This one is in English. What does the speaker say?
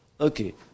Okay